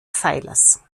pfeilers